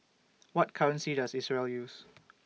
What currency Does Israel use